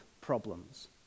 problems